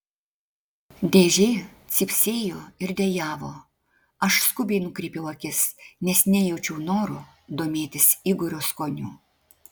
dėžė cypsėjo ir dejavo aš skubiai nukreipiau akis nes nejaučiau noro domėtis igorio skoniu